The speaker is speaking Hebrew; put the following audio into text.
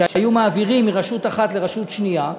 שהיו מעבירים מרשות אחת לרשות שנייה,